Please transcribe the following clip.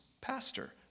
pastor